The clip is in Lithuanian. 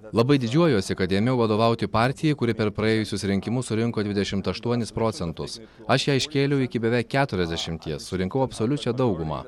labai didžiuojuosi kad ėmiau vadovauti partijai kuri per praėjusius rinkimus surinko dvidešimt aštuonis procentus aš ją iškėliau iki beveik keturiasdešimties surinkau absoliučią daugumą